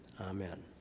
Amen